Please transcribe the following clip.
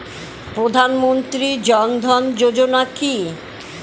প্রধানমন্ত্রী জনধন যোজনা কি?